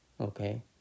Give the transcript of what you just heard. okay